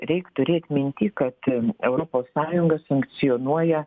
reik turėt minty kad europos sąjunga sankcionuoja